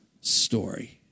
story